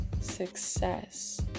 success